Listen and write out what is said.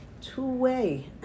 two-way